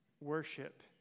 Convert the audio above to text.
worship